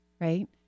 right